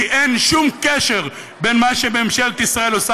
כי אין שום קשר בין מה שממשלת ישראל עושה